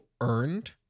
earned